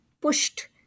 pushed